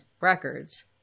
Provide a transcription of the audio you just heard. records